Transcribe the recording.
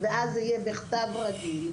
ואז זה יהיה בכתב רגיל.